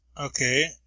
Okay